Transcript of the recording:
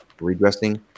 redressing